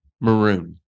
maroon